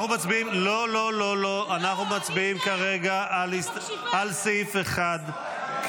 אנחנו מצביעים כרגע על סעיף 1,